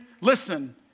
listen